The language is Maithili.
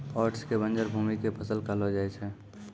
ओट्स कॅ बंजर भूमि के फसल कहलो जाय छै